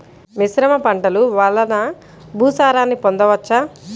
మిశ్రమ పంటలు వలన భూసారాన్ని పొందవచ్చా?